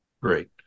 Great